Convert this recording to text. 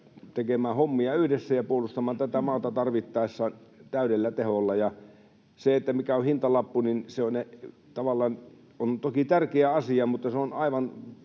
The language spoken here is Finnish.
tekemään hommia yhdessä ja puolustamaan tätä maata tarvittaessa täydellä teholla. Se, mikä on hintalappu, tavallaan on toki tärkeä asia, mutta se on aivan